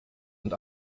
und